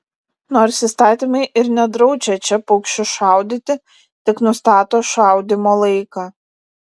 nors įstatymai ir nedraudžia čia paukščius šaudyti tik nustato šaudymo laiką